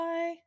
Bye